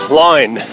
line